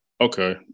Okay